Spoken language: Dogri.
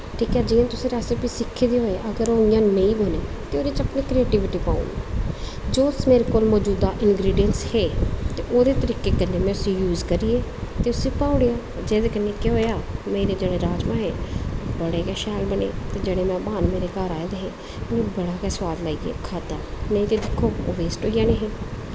ठीक ऐ जियां तुसें रैसिपी सिक्खी दी होऐ अगर ओह् उ'आं नेईं बनै ते ओह्दे च अपनी क्रियेटिविटी पाओ जो उस बेल्लै मजूदा इंग्रीडैंस हे ते ओह्दे तरीके कन्नै में उसी यूज करियै ते उसी पाई ओड़ेआ जेह्दे कन्नै केह् होएआ मेरे जेह्ड़े राजमांह् हे बड़े गै शैल बने ते जेह्ड़े मैह्मान मेरे घर आए दे हो उ'नें बड़ा गै सोआद लाइयै खाद्धा नेईं ते दिक्खो वेस्ट होई जाने हे